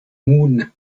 moon